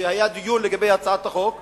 כאשר היה דיון לגבי הצעת החוק,